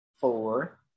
four